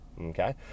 okay